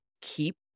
keep